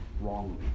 wrongly